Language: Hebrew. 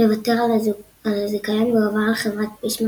לוותר על הזיכיון והוא עבר לחברת פישמן